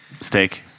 steak